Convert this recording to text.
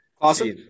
Awesome